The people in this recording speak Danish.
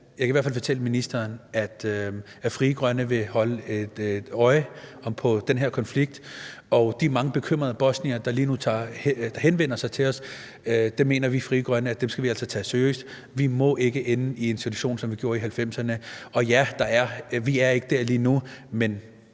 Jeg kan i hvert fald fortælle ministeren, at Frie Grønne vil holde et øje med den her konflikt, og de mange bekymrede bosniere, der lige nu henvender sig til os, mener vi altså i Frie Grønne at vi skal tage seriøst. Vi må ikke ende i en situation, som vi gjorde i 1990'erne. Og ja, vi er ikke der lige nu,